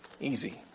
Easy